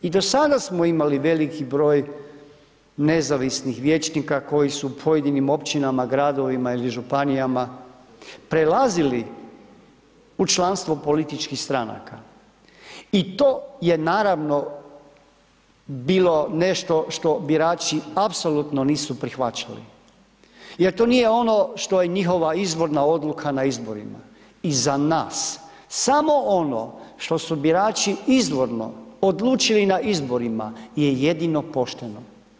I do sada smo imali veliki broj nezavisnih vijećnika koji su u pojedinim općinama, gradovima ili županijama prelazili u članstvo političkih stranaka i to je naravno bilo nešto što birači apsolutno nisu prihvaćali, jer to nije ono što je njihova izvorna odluka na izborima i za nas samo ono što su birači izvorno odlučili na izborima je jedino pošteno.